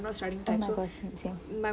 oh my god same same